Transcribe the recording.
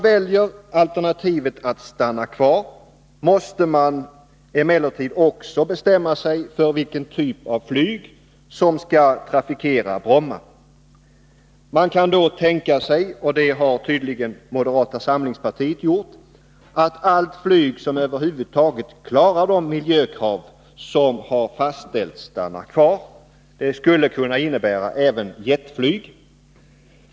Väljer man alternativet att stanna kvar, måste man emellertid också bestämma sig för vilken typ av flyg som skall trafikera Bromma. Då kan man tänka sig — och det har tydligen moderata samlingspartiet gjort — att allt flyg som över huvud taget klarar de miljökrav som har fastställts stannar kvar. Det skulle kunna innebära även jetflyg.